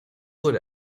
good